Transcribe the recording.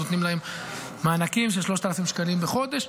אנחנו נותנים להם מענקים של 3,000 שקלים בחודש.